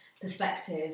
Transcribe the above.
perspective